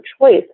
choice